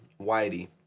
Whitey